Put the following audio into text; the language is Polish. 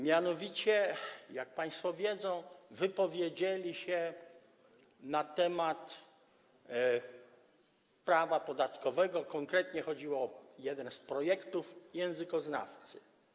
Mianowicie, jak państwo wiedzą, wypowiedzieli się na temat prawa podatkowego - konkretnie chodziło o jeden z projektów - językoznawcy.